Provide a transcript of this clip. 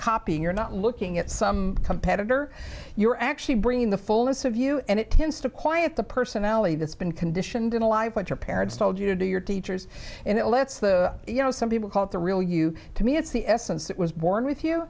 copying you're not looking at some competitor you're actually bringing the fullness of you and it tends to quiet the personality that's been conditioned into life what your parents told you to do your teachers and it lets the you know some people call it the real you to me it's the essence that was born with you